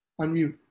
Unmute